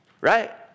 right